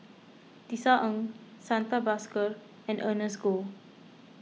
Tisa Ng Santha Bhaskar and Ernest Goh